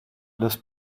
los